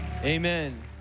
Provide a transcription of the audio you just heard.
amen